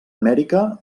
amèrica